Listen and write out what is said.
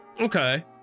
Okay